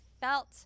felt